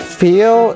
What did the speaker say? feel